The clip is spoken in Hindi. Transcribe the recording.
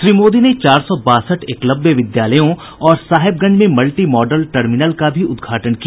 श्री मोदी ने चार सौ बासठ एकलव्य विद्यालयों और साहेबगंज में मल्टी मॉडल टर्मिनल का भी उद्घाटन किया